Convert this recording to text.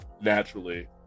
naturally